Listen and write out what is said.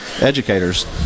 educators